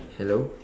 hello